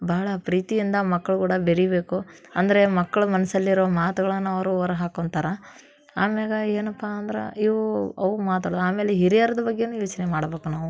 ಭಾಳ ಪ್ರೀತಿಯಿಂದ ಮಕ್ಳು ಕೂಡ ಬೆಳಿಬೇಕು ಅಂದರೆ ಮಕ್ಳು ಮನಸಲ್ಲಿರೋ ಮಾತುಗಳನ್ನ ಅವರು ಹೊರ ಹಾಕ್ಕೊಳ್ತಾರೆ ಆಮ್ಯಾಗ ಏನಪ್ಪ ಅಂದ್ರೆ ಇವೂ ಅವ ಆಮ್ಯಾಲೆ ಹಿರಿಯರ್ದು ಬಗ್ಗೆಯೂ ಯೋಚನೆ ಮಾಡ್ಬೇಕು ನಾವು